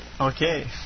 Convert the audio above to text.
Okay